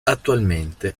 attualmente